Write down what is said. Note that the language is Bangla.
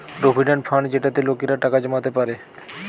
প্রভিডেন্ট ফান্ড যেটাতে লোকেরা টাকা জমাতে পারে